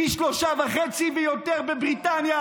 פי שלושה וחצי ויותר בבריטניה